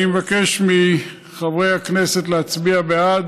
אני מבקש מחברי הכנסת להצביע בעד.